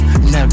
Now